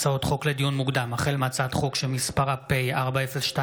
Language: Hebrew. ח' בחשוון התשפ"ד (23 באוקטובר